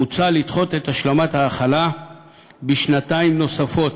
מוצע לדחות אותה בשנתיים נוספות,